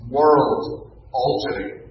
world-altering